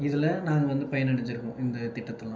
இதில் நாங்கள் வந்து பயன் அடைஞ்சிருக்கோம் இந்த திட்டத்துலெல்லாம்